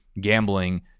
gambling